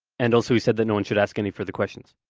and also he said that no one should ask any further questions.